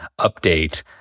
update